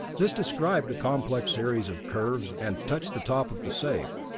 this described a complex series of curves and touched the top of the safe.